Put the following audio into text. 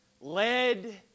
lead